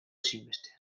ezinbestean